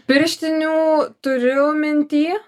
pirštinių turiu minty